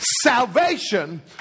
Salvation